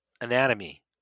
anatomy